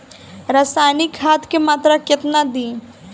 रसायनिक खाद के मात्रा केतना दी?